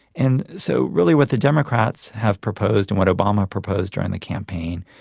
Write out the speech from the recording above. and so really what the democrats have proposed and what obama proposed during the campaign,